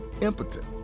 impotent